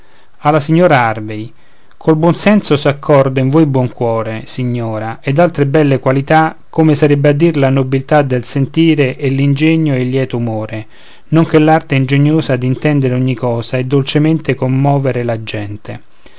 harvey col buon senso s'accorda in voi buon cuore signora ed altre belle qualità come sarebbe a dir la nobiltà del sentire e l'ingegno e il lieto umore non che l'arte ingegnosa d'intendere ogni cosa e dolcemente commovere la gente